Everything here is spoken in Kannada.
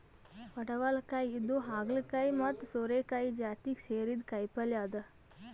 ಪಡವಲಕಾಯಿ ಇದು ಹಾಗಲಕಾಯಿ ಮತ್ತ್ ಸೋರೆಕಾಯಿ ಜಾತಿಗ್ ಸೇರಿದ್ದ್ ಕಾಯಿಪಲ್ಯ ಅದಾ